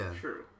True